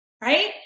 right